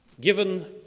Given